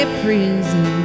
prison